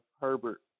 Herbert